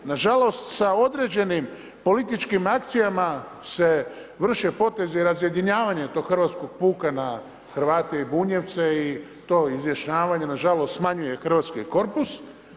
Nažalost, sa određenim političkim akcijama se vrše potezi razjedinjavanja tog hrvatskog puka na Hrvate i Bunjevce i to izjašnjavanje nažalost smanjuje hrvatski korpus.